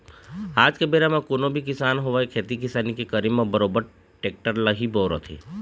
आज के बेरा म कोनो भी किसान होवय खेती किसानी के करे म बरोबर टेक्टर ल ही बउरत हवय